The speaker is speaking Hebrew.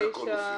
בבקשה.